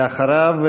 ואחריו,